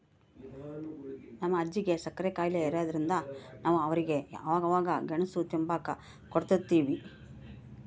ನಮ್ ಅಜ್ಜಿಗೆ ಸಕ್ರೆ ಖಾಯಿಲೆ ಇರಾದ್ರಿಂದ ನಾವು ಅವ್ರಿಗೆ ಅವಾಗವಾಗ ಗೆಣುಸು ತಿಂಬಾಕ ಕೊಡುತಿರ್ತೀವಿ